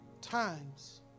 times